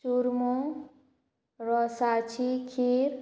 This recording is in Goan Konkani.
चुरमू रोसाची खीर